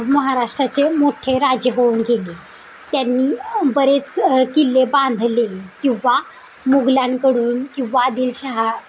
महाराष्ट्राचे मोठे राजे होऊन गेले त्यांनी बरेच किल्ले बांधले ही किंवा मोगलांकडून किंवा आदिलशहा